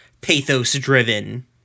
pathos-driven